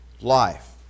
life